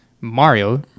mario